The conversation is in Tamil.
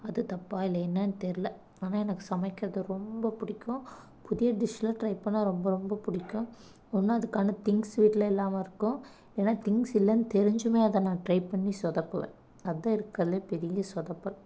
அது தப்பாக இல்லை என்னன்னு தெரில ஆனால் எனக்கு சமைக்கிறது ரொம்ப பிடிக்கும் புதிய டிஷ்லாம் ட்ரை பண்ணால் ரொம்ப ரொம்ப பிடிக்கும் ஒன்று அதுக்கான திங்ஸ் வீட்டில் இல்லாமல் இருக்கும் இல்லைன்னா திங்ஸ் இல்லைன்னு தெரிஞ்சுமே அதை நான் ட்ரை பண்ணி சொதப்புவேன் அதுதான் இருக்கிறலே பெரிய சொதப்பல்